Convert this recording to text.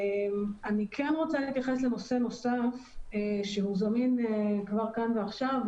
אני רוצה להתייחס לנושא נוסף שהוא זמין כבר כאן ועכשיו.